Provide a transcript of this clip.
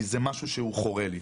כי זה משהו שהוא חורה לי.